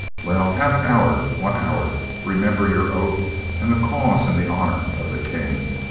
well, have an hour, one hour. remember your oath and the cause and the honor of the king.